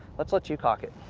let's let you cock it,